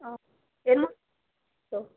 ও এর মধ্যে তো